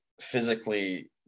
physically